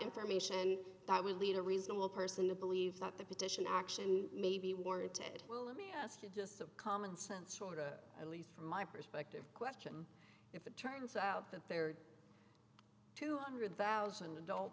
information that would lead a reasonable person to believe that the petition action may be warranted well let me ask you just a commonsense order at least from my perspective question if it turns out that there are two hundred thousand adult